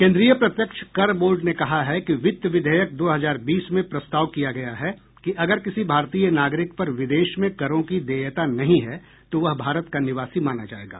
केन्द्रीय प्रत्यक्ष कर बोर्ड ने कहा है कि वित्त विधेयक दो हजार बीस में प्रस्ताव किया गया है कि अगर किसी भारतीय नागरिक पर विदेश में करों की देयता नहीं है तो वह भारत का निवासी माना जायेगा